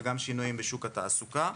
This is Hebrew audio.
וגם שינויים בשוק התעסוקה.